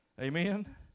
Amen